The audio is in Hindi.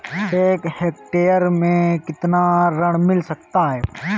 एक हेक्टेयर में कितना ऋण मिल सकता है?